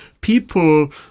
people